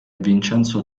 vincenzo